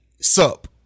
sup